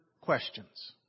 questions